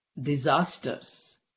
disasters